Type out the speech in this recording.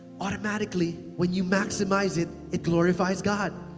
automatically when you maximize it, it glorifies god.